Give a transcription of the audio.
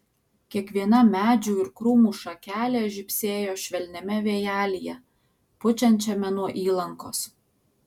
kiekviena medžių ir krūmų šakelė žibsėjo švelniame vėjelyje pučiančiame nuo įlankos